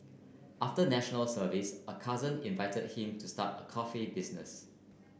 after National Service a cousin invited him to start a coffee business